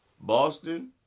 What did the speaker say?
Boston